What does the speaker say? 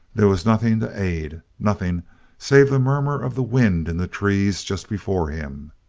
there was nothing to aid, nothing save the murmur of the wind in the trees just before him.